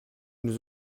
nous